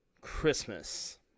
Christmas